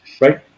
right